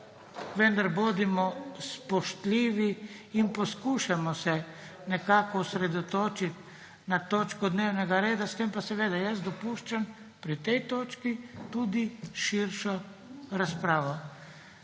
vendar bodimo spoštljivi in se poskušajmo nekako osredotočiti na točko dnevnega reda. S tem pa seveda jaz dopuščam pri tej točki tudi širšo razpravo.